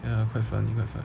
ya quite fun quite funny